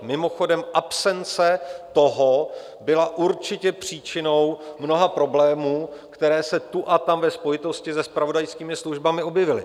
Mimochodem, absence toho byla určitě příčinou mnoha problémů, které se tu a tam ve spojitosti se zpravodajskými službami objevily.